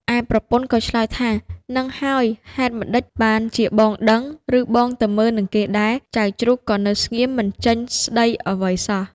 ឯប្រពន្ធក៏ឆ្លើយថា ហ្នឹងហើយ ហេតុម្ដេចបានជាបងដឹង ឬបងទៅមើលនឹងគេដែរ? ចៅជ្រូកក៏នៅស្ងៀមមិនចេញស្ដីអ្វីសោះ។